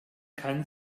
kann